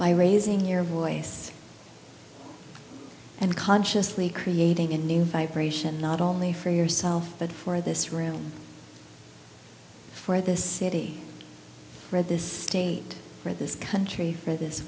by raising your voice and consciously creating a new vibration not only for yourself but for this room for this city for this state for this country for this